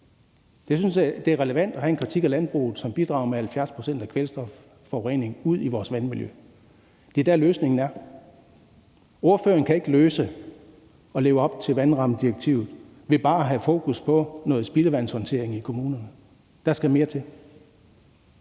Jeg synes, det er relevant at have en kritik af landbruget, som bidrager med 70 pct. af kvælstofforureningen i vores vandmiljø. Det er der, løsningen er. Ordføreren kan ikke løse det og leve op til vandrammedirektivet ved bare at have fokus på noget spildevandshåndtering i kommunerne. Der skal mere til.